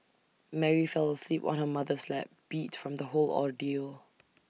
Mary fell asleep on her mother's lap beat from the whole ordeal